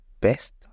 best